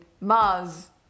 Mars